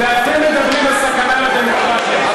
ואתם מדברים על סכנה לדמוקרטיה.